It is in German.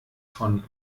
von